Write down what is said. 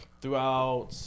throughout